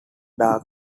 dark